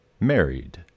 married